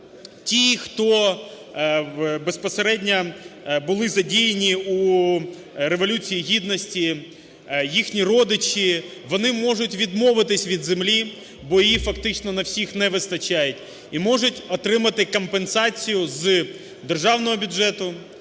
ті, хто безпосередньо були задіяні у Революції Гідності, їхні родичі, вони можуть відмовитись від землі, бо її фактично на всіх не вистачає. І можуть отримати компенсацію з Державного бюджету,